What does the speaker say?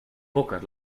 pocas